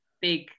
big